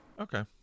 Okay